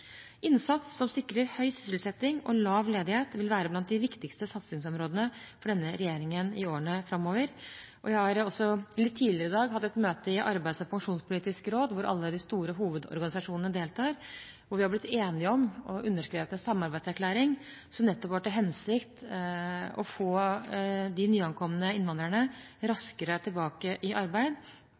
Innsats som sikrer høy sysselsetting og lav ledighet, vil være blant de viktigste satsingsområdene for denne regjeringen i årene framover. Vi har også litt tidligere i dag hatt et møte i Arbeids- og pensjonspolitisk råd, hvor alle de store hovedorganisasjonene deltar, hvor vi har blitt enige om og underskrevet en samarbeidserklæring som nettopp har til hensikt å få de nyankomne innvandrerne raskere tilbake i arbeid,